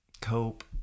cope